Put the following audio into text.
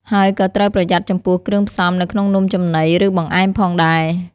ហើយក៏ត្រូវប្រយ័ត្នចំពោះ គ្រឿងផ្សំនៅក្នុងនំចំណី ឬបង្អែមផងដែរ។